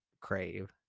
crave